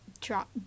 drop